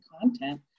content